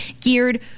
geared